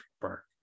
Park